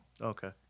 Okay